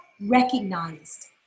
recognized